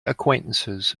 acquaintances